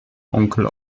onkel